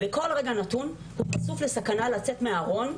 ובכל רגע נתון הוא חשוף לסכנה לצאת מהארון,